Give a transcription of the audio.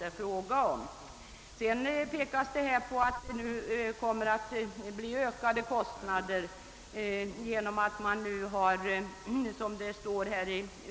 I utskottsutlåtandet framhålls att man kommer att få ökade kostnader.